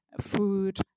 food